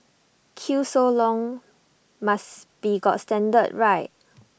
queue so long must be got standard right